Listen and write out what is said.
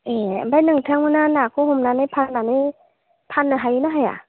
ए ओमफ्राय नोंथांमोनहा नाखौ हमनानै फाननानै फाननो हायोना हाया